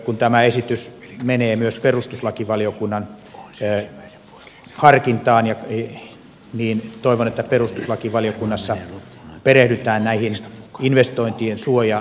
kun tämä esitys menee myös perustuslakivaliokunnan harkintaan niin toivon että perustuslakivaliokunnassa perehdytään näihin investointisuojan siirtymäaikoihin